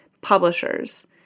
publishers